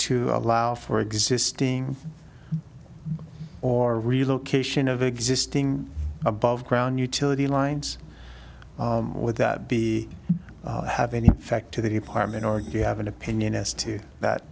to allow for existing or relocation of existing above ground utility lines would that be have any effect to the department or you have an opinion as to that